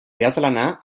idazlana